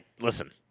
Listen